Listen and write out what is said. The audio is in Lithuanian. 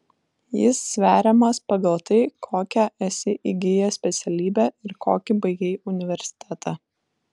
jis sveriamas pagal tai kokią esi įgijęs specialybę ir kokį baigei universitetą